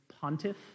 pontiff